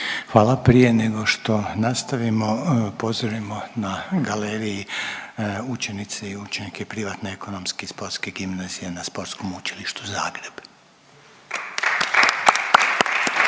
Hvala, prije nego što nastavimo, pozdravimo na galeriji učenice i učenike Privatne ekonomske i sportske gimnazije na Sportskom učilištu Zagreb.